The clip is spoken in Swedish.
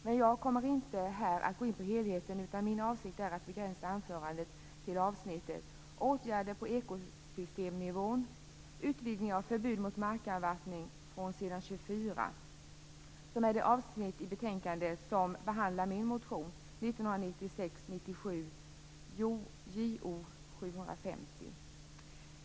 Men jag kommer inte att här gå in på helheten, utan min avsikt är att begränsa anförandet till avsnittet Åtgärder på ekosystemnivån - utvidgning av förbudet mot markavvattning från s. 24 framåt. Det är det avsnitt i betänkandet som behandlar min motion 1996/97:Jo750.